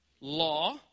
Law